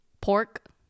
pork